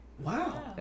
Wow